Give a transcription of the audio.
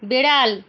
বেড়াল